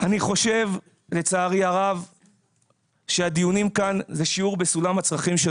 אני חושב שהדיונים כאן זה שיעור בפירמידת הצרכים של